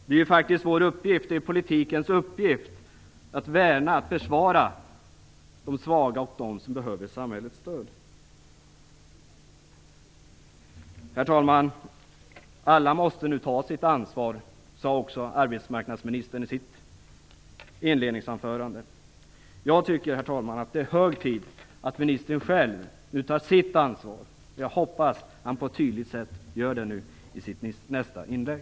Det är vår uppgift, politikens uppgift, att värna och försvara de svaga och dem som behöver samhällets stöd. Herr talman! Arbetsmarknadsministern sade också att alla nu måste ta sitt ansvar. Jag tycker att det är hög tid att ministern själv nu tar sitt ansvar. Jag hoppas att han gör det på ett tydligt sätt i sitt nästa inlägg.